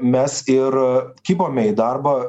mes ir kibome į darbą